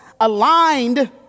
aligned